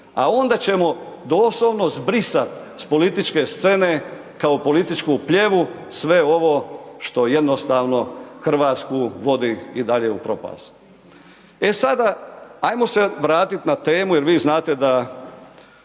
A onda ćemo doslovno zbrisati s političke scene, kao političku plijevu, s e ovo što jednostavno Hrvatsku vodi i dalje u propast. E sada ajmo se vratiti na temu, jer vi znate da